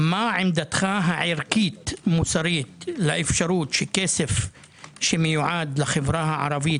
מה עמדתך הערכית מוסרית לאפשרות שכסף שמיועד לחברה הערבית,